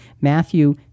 matthew